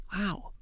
Wow